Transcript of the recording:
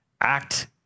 act